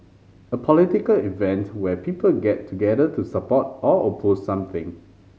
a political event where people get together to support or oppose something